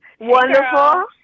wonderful